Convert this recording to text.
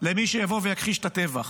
למי שיבוא ויכחיש את הטבח.